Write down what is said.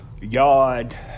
yard